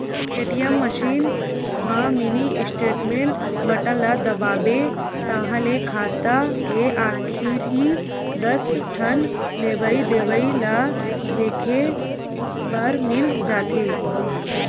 ATM machine म mini statement button ल दबाबे ताहाँले खाता के आखरी दस ठन लेवइ देवइ ल देखे बर मिल जाथे